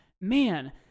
man